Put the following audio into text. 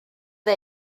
dde